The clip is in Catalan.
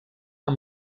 amb